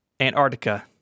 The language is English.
Antarctica